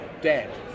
dead